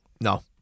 No